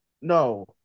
No